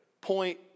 point